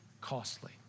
costly